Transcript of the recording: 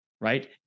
right